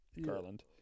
Garland